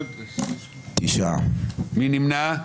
מי נמנע?